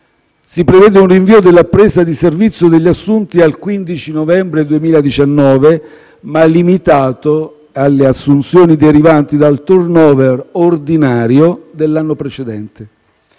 si prevede un rinvio della presa di servizio degli assunti al 15 novembre 2019, ma limitato alle assunzioni derivanti dal *turnover* ordinario dell'anno precedente.